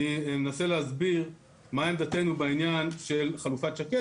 אני מנסה להסביר מה עמדתנו בעניין של חלופת שקד